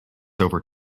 over